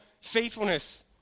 faithfulness